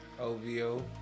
OVO